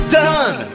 done